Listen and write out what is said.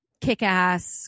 kick-ass